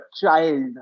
child